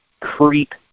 creep